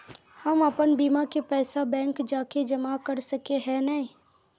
हम अपन बीमा के पैसा बैंक जाके जमा कर सके है नय?